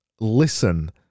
listen